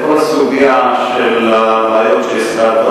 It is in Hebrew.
את כל הסוגיה של הבעיות שהזכרת,